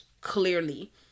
clearly